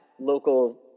local